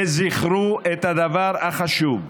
וזכרו את הדבר החשוב,